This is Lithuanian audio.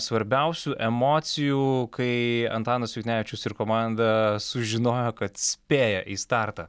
svarbiausių emocijų kai antanas juknevičius ir komanda sužinojo kad spėja į startą